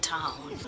Town